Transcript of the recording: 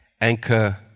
anchor